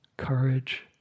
courage